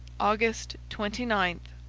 august twenty nine